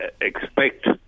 expect